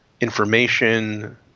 information